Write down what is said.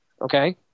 okay